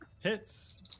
hits